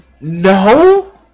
No